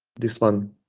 this one